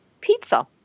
pizza